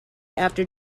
after